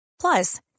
Plus